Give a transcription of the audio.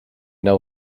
know